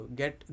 get